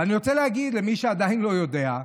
ואני רוצה להגיד למי שעדיין לא יודע,